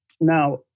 Now